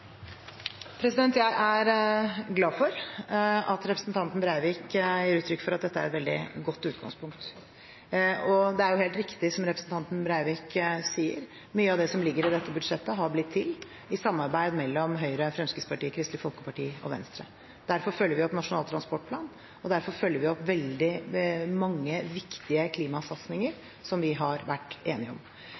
Jeg er glad for at representanten Breivik gir uttrykk for at dette er et veldig godt utgangspunkt. Det er helt riktig, som representanten Breivik sier, at mye av det som ligger i dette budsjettet, har blitt til i samarbeid mellom Høyre, Fremskrittspartiet, Kristelig Folkeparti og Venstre. Derfor følger vi opp Nasjonal transportplan, og derfor følger vi opp veldig mange viktige klimasatsinger som vi har vært enige om.